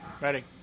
Ready